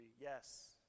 Yes